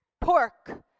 Pork